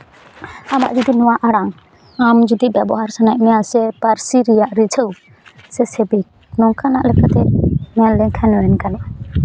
ᱟᱢᱟᱜ ᱡᱩᱫᱤ ᱱᱚᱣᱟ ᱟᱲᱟᱝ ᱟᱢ ᱡᱩᱫᱤ ᱵᱮᱵᱚᱦᱟᱨ ᱥᱟᱱᱟᱭᱮᱫ ᱢᱮᱭᱟ ᱥᱮ ᱯᱟᱹᱨᱥᱤ ᱨᱮᱭᱟᱜ ᱨᱤᱡᱷᱟᱹᱣ ᱥᱮ ᱥᱤᱵᱤᱞ ᱱᱚᱝᱠᱟᱱᱟᱜ ᱞᱮᱠᱟᱛᱮ ᱢᱮᱱ ᱞᱮᱠᱷᱟᱱ ᱢᱮᱱ ᱜᱟᱱᱚᱜᱼᱟ